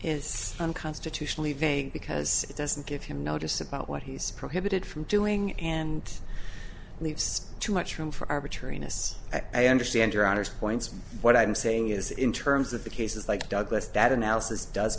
is unconstitutionally vague because it doesn't give him notice about what he's prohibited from doing and leaves too much room for arbitrariness i understand your honour's points what i'm saying is in terms of the cases like douglas that an